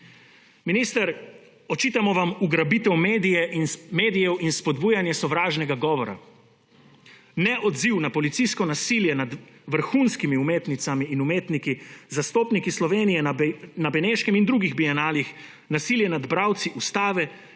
Minister, očitamo vam ugrabitev medijev in spodbujanje sovražnega govora, neodziv na policijsko nasilje nad vrhunskimi umetnicami in umetniki, zastopniki Slovenije na Beneškem in drugih bienalih, nasilje nad bralci ustave in kriminalizacijo